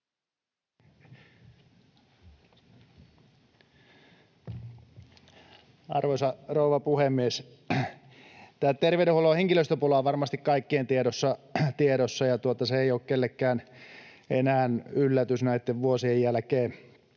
Arvoisa rouva puhemies! Tämä terveydenhuollon henkilöstöpula on varmasti kaikkien tiedossa, ja se ei ole kellekään enää yllätys näitten vuosien jälkeen.